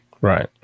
Right